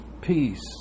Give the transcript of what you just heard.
peace